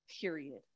period